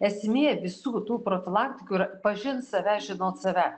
esmė visų tų profilaktikų yra pažint save žinot save